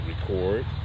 record